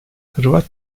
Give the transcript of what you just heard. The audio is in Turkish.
hırvat